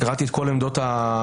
קראתי את כל עמדות הצדדים.